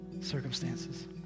circumstances